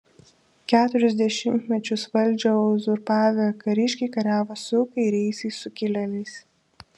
keturis dešimtmečius valdžią uzurpavę kariškiai kariavo su kairiaisiais sukilėliais